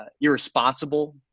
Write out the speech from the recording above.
irresponsible